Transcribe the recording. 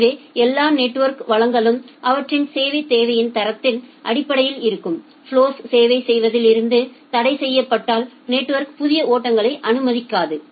எனவே எல்லா நெட்வொர்க் வளங்களும் அவற்றின் சேவைத் தேவையின் தரத்தின் அடிப்படையில் இருக்கும் ஃபலொஸ் சேவை செய்வதில் இருந்து தடைசெய்யப்பட்டால் நெட்வொர்க் புதிய ஓட்டங்களை அனுமதிக்காது